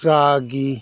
ꯆꯥꯒꯤ